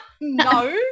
no